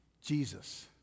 Jesus